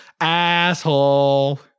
Asshole